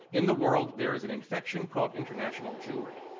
in the world, there is an infection called international jewry.